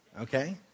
okay